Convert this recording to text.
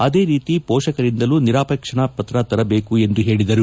ಅದೇ ರೀತಿ ಪೋಷಕರಿಂದಲೂ ನಿರಾಪೇಕ್ಷಣಾ ಪತ್ರ ತರಬೇಕು ಎಂದು ಹೇಳಿದರು